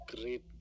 great